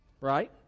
Right